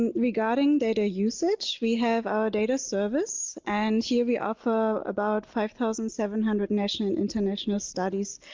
and regarding data usage we have our data service and here we offer about five thousand seven hundred national international studies